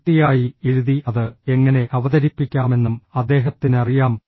വൃത്തിയായി എഴുതി അത് എങ്ങനെ അവതരിപ്പിക്കാമെന്നും അദ്ദേഹത്തിന് അറിയാം